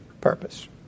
purpose